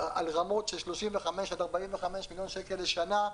רמות של 35 עד 45 מיליון שקל לשנה.